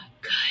good